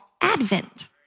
Advent